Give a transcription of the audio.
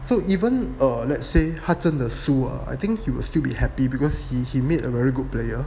so even err let's say 他真的输啊 I think he will still be happy because he he made a very good player